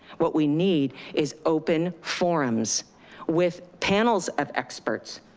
what we need is open forums with panels of experts,